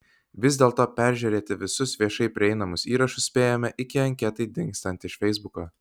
vis dėlto peržiūrėti visus viešai prieinamus įrašus spėjome iki anketai dingstant iš feisbuko